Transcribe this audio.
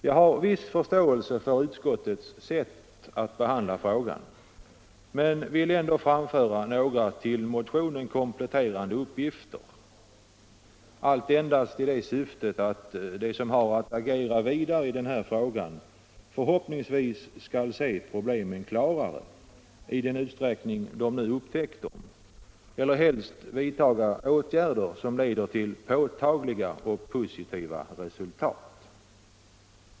Jag har viss förståelse för utskottets sätt att behandla frågan men vill ändå framföra några kompletterande uppgifter till motionen — detta endast i förhoppningen att de som har att agera i denna fråga skall se problemen klarare, i den utsträckning de upptäckt problemen, eller helst vidta åtgärder som leder till påtagliga och positiva resultat.